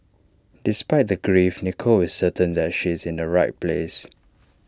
despite the grief Nicole is certain that she is in the right place